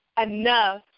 enough